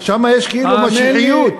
שם יש כאילו משיחיות.